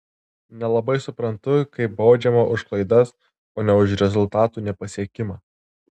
nelabai suprantu kai baudžiama už klaidas o ne už rezultatų nepasiekimą